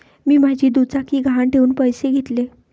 मी माझी दुचाकी गहाण ठेवून पैसे घेतले